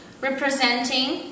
representing